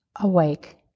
awake